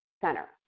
center